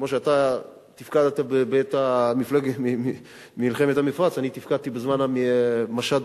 כמו שאתה תפקדת בעת מלחמת המפרץ אני תפקדתי בסין בזמן המשט,